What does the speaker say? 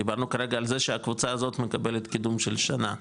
דיברנו כרגע על זה שהקבוצה הזאת מקבלת קידום של שנה.